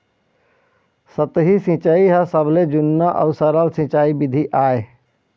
सतही सिंचई ह सबले जुन्ना अउ सरल सिंचई बिधि आय